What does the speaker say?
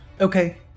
Okay